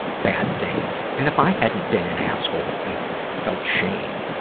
bad things, and if i hadn't been an asshole and felt shame.